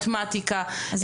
מתמטיקה,